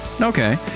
Okay